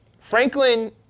Franklin